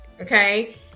Okay